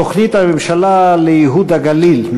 תוכנית הממשלה לייהוד הגליל,